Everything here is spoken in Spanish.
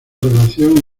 relación